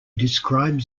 describes